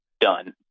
done